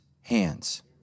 hands